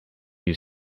you